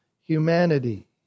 humanity